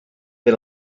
per